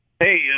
Hey